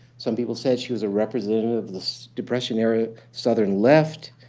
some people said she was a representative of this depression-era southern left.